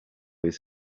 his